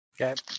Okay